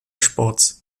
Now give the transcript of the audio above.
sports